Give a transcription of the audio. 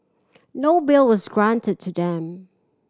no bail was granted to them